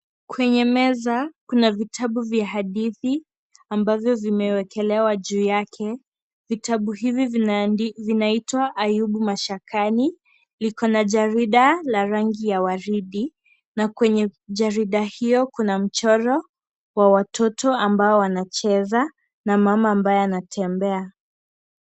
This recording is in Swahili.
Kwenye meza kuna vitabu vya hadithi ambavyo vimewekelewa juu yake. Vitabu hivyo vinaitwa ayubu mashakani, liko na jarida la rangi ya waridi. Na kwenye jarida hiyo kuna mchoro wa watoto ambao wanacheza na mama ambaye anatembea.